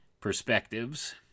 Perspectives